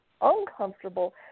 uncomfortable